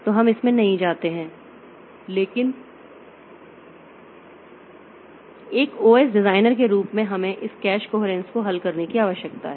तो हम इसमें नहीं जाते हैं लेकिन एक ओएस डिजाइनर के रूप में हमें इस कैश कोहेरेंस को हल करने की आवश्यकता है